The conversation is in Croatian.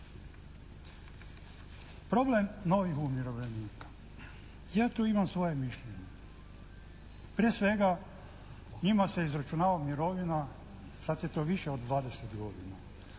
Problem novih umirovljenika. Ja tu imam svoje mišljenje. Prije svega, njima se izračunava mirovina sada je to više od dvadeset